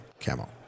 camo